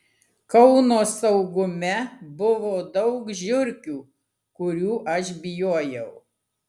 kauno saugume buvo daug žiurkių kurių aš bijojau